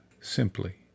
simply